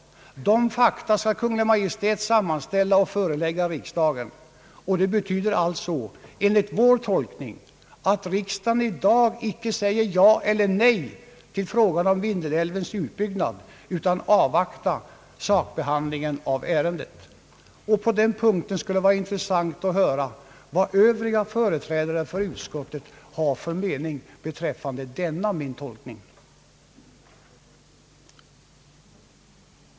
Dessa fakta skall Kungl. Maj:t sammanställa och förelägga riksdagen, och det betyder enligt vår tolkning att riksdagen i dag inte skall säga ja eller nej till frågan om Vindelälvens utbyggnad utan avvakta sakbehandlingen av ärendet. Det skulle vara intressant att höra vad övriga företrädare för utskottet har för mening beträffande min tolkning på den punkten.